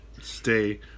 stay